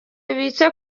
bibitse